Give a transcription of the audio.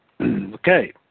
Okay